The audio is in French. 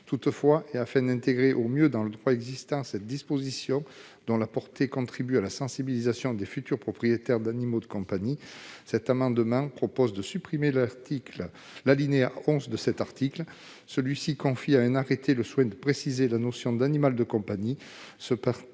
Toutefois, afin d'intégrer au mieux dans le droit existant cette disposition, dont la portée contribue à la sensibilisation des futurs propriétaires d'animaux de compagnie, cet amendement tend à supprimer l'alinéa 11 de cet article 1, qui confie à un arrêté le soin de préciser la notion d'animal de compagnie.